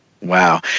Wow